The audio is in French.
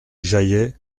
jaillet